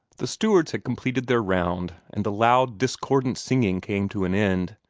the stewards had completed their round, and the loud, discordant singing came to an end.